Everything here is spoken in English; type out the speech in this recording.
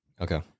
okay